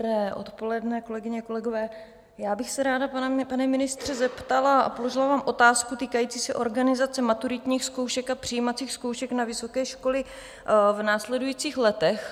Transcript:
Dobré odpoledne, kolegyně, kolegové, já bych se ráda, pane ministře, zeptala a položila vám otázku týkající se organizace maturitních zkoušek a přijímacích zkoušek na vysoké školy v následujících letech.